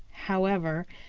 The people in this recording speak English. however,